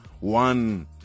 one